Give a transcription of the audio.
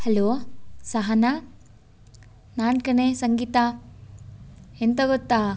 hello Sahana ನಾನು ಕಣೇ ಸಂಗೀತ ಎಂಥ ಗೊತ್ತಾ